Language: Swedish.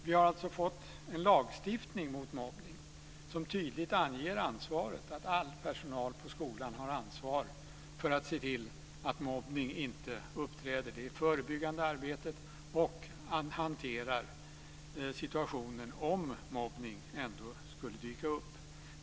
Vi har alltså fått en lagstiftning mot mobbning, som tydligt anger ansvaret: All personal på skolan har ansvar för att se till att mobbning inte uppträder, både det förebyggande arbetet och att hantera situationen om mobbning ändå skulle dyka upp.